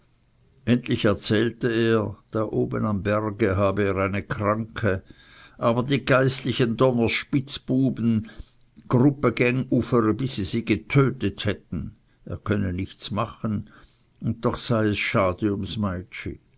endlich erzählte er da oben am berge habe er eine kranke aber die geistlichen d spitzbuben gruppe geng uf ere bis sie sie getötet hätten er könne nichts machen und doch sei es schade um's